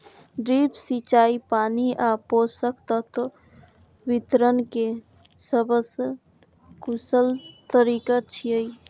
drip सिंचाई पानि आ पोषक तत्व वितरण के सबसं कुशल तरीका छियै